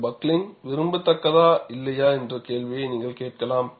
இந்த பக்ளிங்க் விரும்பத்தக்கதா இல்லையா என்ற கேள்வியை நீங்கள் கேட்கலாம்